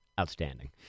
outstanding